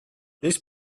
this